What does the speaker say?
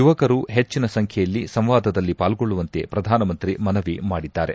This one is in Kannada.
ಯುವಕರು ಹೆಚ್ಚಿನ ಸಂಖ್ಯೆಯಲ್ಲಿ ಸಂವಾದದಲ್ಲಿ ಪಾಲ್ಗೊಳ್ಳುವಂತೆ ಪ್ರಧಾನಮಂತ್ರಿ ಮನವಿ ಮಾಡಿದ್ದಾರೆ